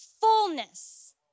fullness